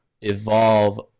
evolve